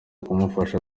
kumufasha